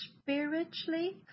spiritually